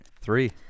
Three